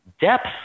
depth